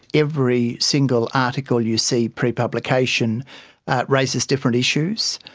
every single article you see pre-publication raises different issues.